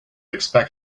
expect